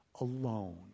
alone